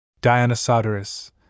Dionysodorus